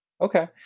Okay